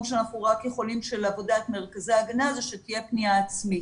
שאנחנו רק יכולים של עבודת מרכזי ההגנה זה שתהיה פנייה עצמית.